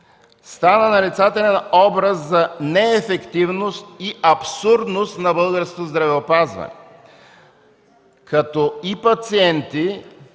стана нарицателен образ за неефективност и абсурдност на българското здравеопазване, като и пациенти,